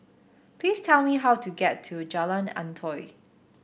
please tell me how to get to Jalan Antoi